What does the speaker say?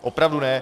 Opravdu ne!